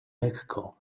lekko